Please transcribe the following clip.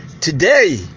Today